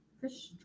fish